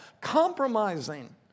compromising